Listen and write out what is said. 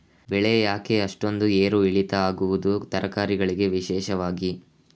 ಬೆಳೆ ಯಾಕೆ ಅಷ್ಟೊಂದು ಏರು ಇಳಿತ ಆಗುವುದು, ತರಕಾರಿ ಗಳಿಗೆ ವಿಶೇಷವಾಗಿ?